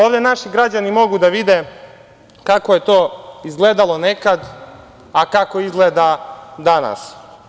Ovde naši građani mogu da vide kako je to izgledalo nekad, a kako izgleda danas.